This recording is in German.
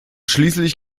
schließlich